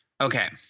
Okay